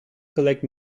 collect